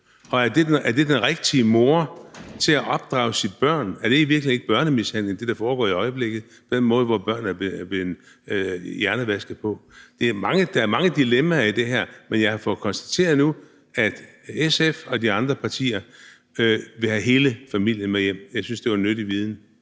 Og er det den rigtige mor til at opdrage sine børn? Er det, der foregår i øjeblikket, i virkeligheden ikke børnemishandling – med den måde, børnene er blevet hjernevasket på? Der er mange dilemmaer i det her, men jeg har nu fået konstateret, at SF og de andre partier vil have hele familien med hjem. Jeg synes, det var nyttig viden.